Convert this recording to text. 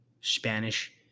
Spanish